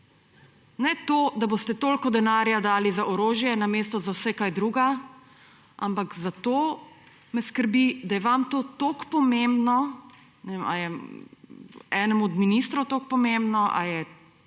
Ne to, da boste toliko denarja dali za orožje, namesto za vse kar drugega, ampak zato me skrbi, da je vam to toliko pomembno, ne vem, ali je enemu od ministrov toliko pomembno ali